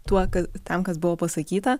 tuo kad tam kas buvo pasakyta